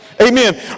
Amen